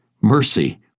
Mercy